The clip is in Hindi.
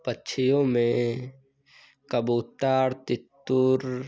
पक्षियों में कबूतर तीतर